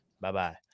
Bye-bye